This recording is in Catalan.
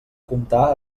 comptar